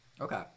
Okay